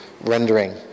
rendering